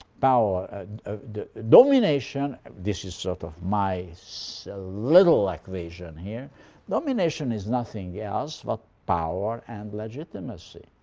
power domination this is sort of my so little equation here domination is nothing else but power and legitimacy.